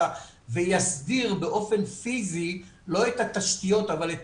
ויסדיר באופן פיזי לא את התשתיות אבל את